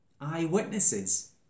eyewitnesses